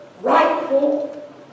rightful